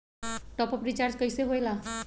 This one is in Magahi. टाँप अप रिचार्ज कइसे होएला?